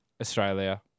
Australia